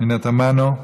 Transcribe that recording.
פנינה תמנו,